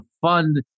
fund